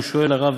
הוא שואל לרב,